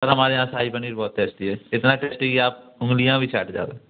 और हमारे यहाँ शाही पनीर बहुत टेस्टी है इतना टेस्टी की आप उंगलियाँ भी चाट जाओगे